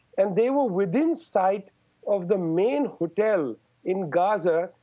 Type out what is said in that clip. and they were within sight of the main hotel in gaza,